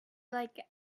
like